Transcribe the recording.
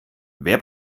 wer